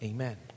Amen